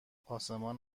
آسمان